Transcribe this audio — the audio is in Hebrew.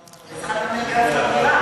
כי יש לה רק שני ילדים.